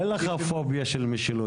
אין לך פוביה של משילות.